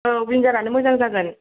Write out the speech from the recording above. औ विंगारानो मोजां जागोन